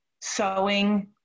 sewing